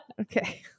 Okay